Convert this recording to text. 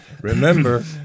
remember